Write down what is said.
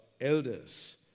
elders